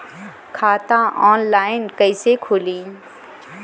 खाता ऑनलाइन कइसे खुली?